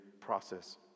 process